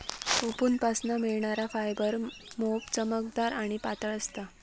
कोकूनपासना मिळणार फायबर मोप चमकदार आणि पातळ असता